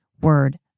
word